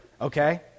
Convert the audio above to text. okay